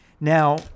Now